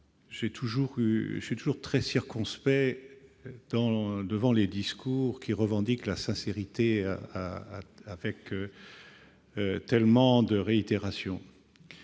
je suis toujours très circonspect devant les discours qui revendiquent la sincérité de manière tellement réitérée.